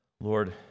Lord